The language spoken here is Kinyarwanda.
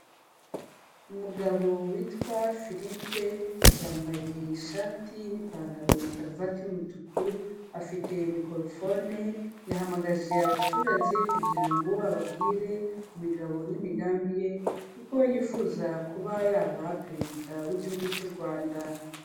Umugabo witwa Filipe yambaye ishati n'ipantaro na karuvati y'umutuku afite mikorofone, yahamagaje abaturage kugira ngo ababwire imigabo n'imigambi ye, kuko yifuza kuba yaba perezida w'igihugu cy'u Rwanda.